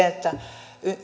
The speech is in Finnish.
että